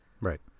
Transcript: Right